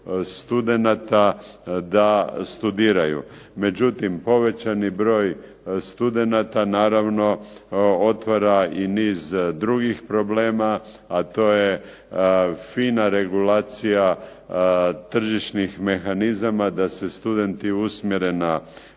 studenata da studiraju. Međutim, povećani broj studenata naravno otvara i niz drugih problema a to je fina regulacija tržišnih mehanizama da se studenti usmjere na